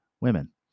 women